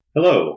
Hello